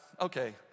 okay